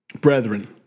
Brethren